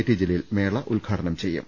T Jaleel മേള ഉദ്ഘാടനം ചെയ്യും